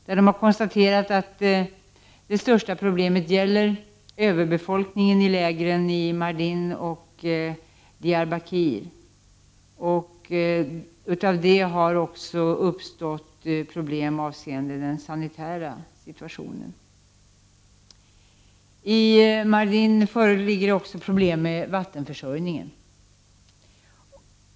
Man konstaterar att det största problemet gäller överbefolkningen i lägren i Mardin och Diyarbakir. Därmed har det också uppstått problem avseende den sanitära situationen. I Mardin föreligger också problem med vattenförsörjningen.